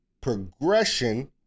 progression